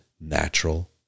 natural